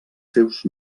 seus